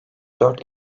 dört